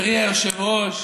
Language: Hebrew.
חברי היושב-ראש,